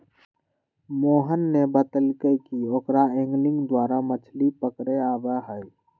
मोहन ने बतल कई कि ओकरा एंगलिंग द्वारा मछ्ली पकड़े आवा हई